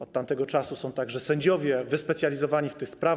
Od tamtego czasu są także sędziowie wyspecjalizowani w tych sprawach.